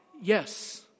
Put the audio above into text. Yes